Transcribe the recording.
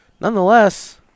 Nonetheless